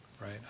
right